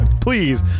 Please